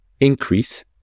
increase